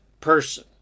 person